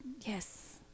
yes